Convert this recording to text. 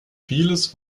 vieles